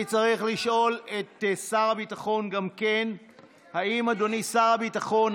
אני צריך לשאול גם את שר הביטחון: אדוני שר הביטחון,